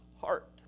heart